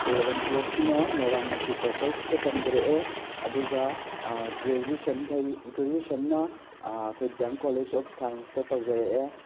eleven ꯇꯨꯋꯦꯜꯞꯁꯤꯅ ꯃꯣꯏꯔꯥꯡ ꯃꯜꯇꯤꯄꯔꯄꯁꯇ ꯇꯝꯖꯔꯛꯑꯦ ꯑꯗꯨꯒ ꯒ꯭ꯔꯦꯖꯨꯋꯦꯁꯟꯒꯩ ꯒ꯭ꯔꯦꯖꯨꯋꯦꯁꯟꯅ ꯑꯩꯈꯣꯏ ꯗꯦꯝ ꯀꯣꯂꯦꯖ ꯑꯣꯐ ꯁꯥꯏꯟꯁꯇ ꯇꯧꯖꯔꯛꯑꯦ